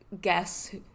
guess